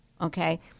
Okay